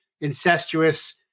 incestuous